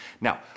Now